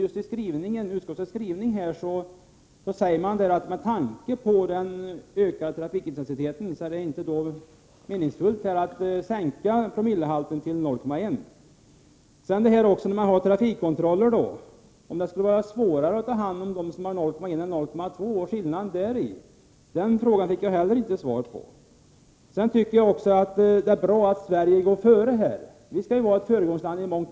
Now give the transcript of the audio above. Utskottsmajoriteten skriver: Med tanke på den ökade trafikintensiteten är det inte meningsfullt att sänka promillehalten till 0,1. Så till detta med trafikkontroller och till diskussionen om huruvida det skulle vara svårare att ta hand om dem som har 0,1 260 än dem som har 0,2 Zo. Vad är det för skillnad i det fallet? Inte heller den frågan fick jag något svar på. Det är bra att Sverige är ett föregångsland. Sverige skall ju vara det i mångt och mycket.